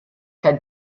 kein